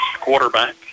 quarterback